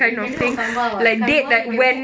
ya we can do on canva [what] canva you can hook